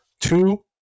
Two